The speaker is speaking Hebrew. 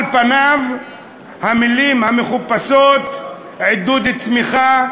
על פניו המילים המכובסות: עידוד צמיחה